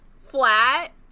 flat